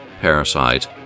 Parasite